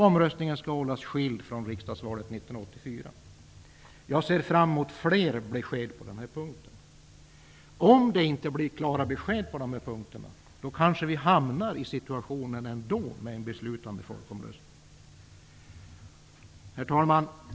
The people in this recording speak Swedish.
Omröstningen skall hållas skild från riksdagsvalet 1994. Jag ser fram emot fler besked på denna punkt. Om vi inte får klara besked på dessa punkter hamnar vi kanske ändå i en situation där det blir en beslutande folkomröstning.